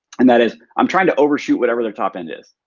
and that is, i'm trying to overshoot whatever their top end is.